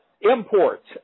Imports